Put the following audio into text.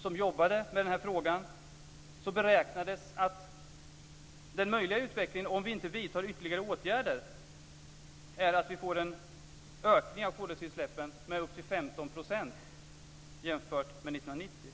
som jobbade med den här frågan, beräknades att den möjliga utvecklingen om vi inte vidtar ytterligare åtgärder är att vi får en ökning av koldioxidutsläppen med upp till 15 % jämfört med 1990.